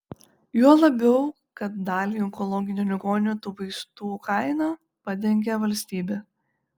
juo labiau kad daliai onkologinių ligonių tų vaistų kainą padengia valstybė